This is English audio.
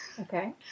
Okay